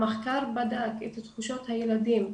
המחקר בדק את תחושות הילדים,